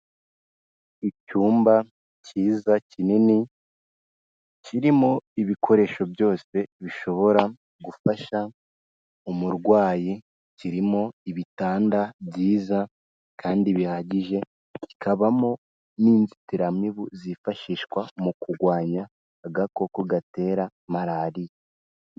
Icyumba cyiza kinini, kirimo ibikoresho byose bishobora gufasha umurwayi, kirimo ibitanda byiza kandi bihagije, kikabamo n'inzitiramibu zifashishwa mu kurwanya agakoko gatera Malariya.